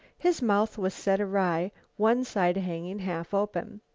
his mouth was set awry, one side hanging half-open.